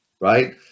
right